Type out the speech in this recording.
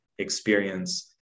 experience